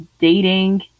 dating